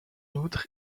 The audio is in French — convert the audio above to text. outre